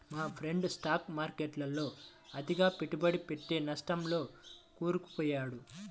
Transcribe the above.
మా friend stock మార్కెట్టులో అతిగా పెట్టుబడి పెట్టి నట్టాల్లో కూరుకుపొయ్యాడు